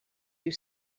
you